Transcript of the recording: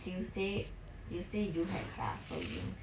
tuesday tuesday you had class so we didn't